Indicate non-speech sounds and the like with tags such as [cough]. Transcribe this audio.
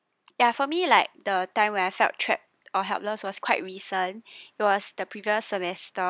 ya for me like the time where I felt trapped or helpless was quite recent [breath] it was the previous semester